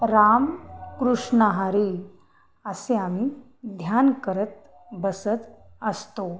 राम कृष्ण हरी असे आम्ही ध्यान करत बसत असतो